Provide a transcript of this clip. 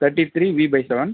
thirty three E by seven